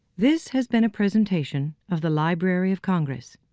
this has been a presentation of the library of congress.